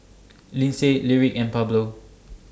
Lindsay Lyric and Pablo